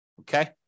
Okay